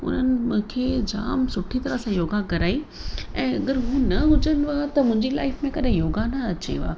उन्हनि मूंखे जाम सुठी तरह सां योगा कराई ऐं अगरि हू न हुजनव हा त मुंहिंजी लाइफ़ में कॾहिं योगा न अचेव आहे